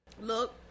Look